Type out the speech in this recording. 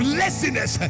laziness